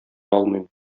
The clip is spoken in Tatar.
алмыйм